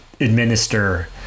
administer